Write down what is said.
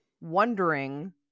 wondering